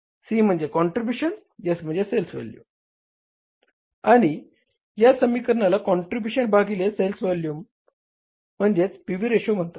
C म्हणजे contribution आणि या समीकरणाला काँट्रीब्युशन भागिले सेल्स व्हॅल्यू म्हणजेच पीव्ही रेशो म्हणतात